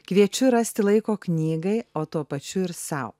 kviečiu rasti laiko knygai o tuo pačiu ir sau